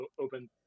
open